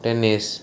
tennis